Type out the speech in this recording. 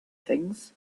things